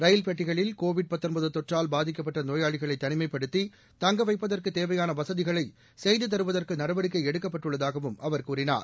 ரயில்பெட்டிகளில் Covid தொற்றால் பாதிக்கப்பட்ட நோயாளிகளை தனிமைப்படுத்தி தங்க வைப்பதற்கு தேவையான வசதிகளை செய்து தருவதற்கு நடவடிக்கை எடுக்கப்பட்டுள்ளதாகவும் அவர் கூறினார்